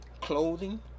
clothing